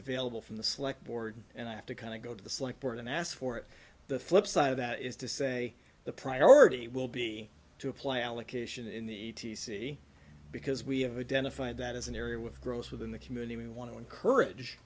available from the select board and i have to kind of go to the select board and ask for it the flipside of that is to say the priority will be to apply allocation in the e t c because we have identified that as an area with gross within the community we want to encourage